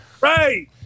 Right